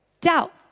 doubt